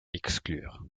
exclure